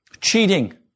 cheating